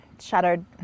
shattered